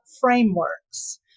frameworks